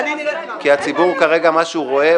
כי הציבור כרגע מה שהוא רואה,